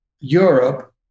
Europe